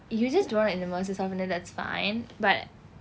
you just don't want to immerse yourself in it that's fine but